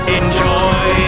enjoy